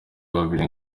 babiri